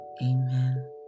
Amen